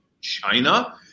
China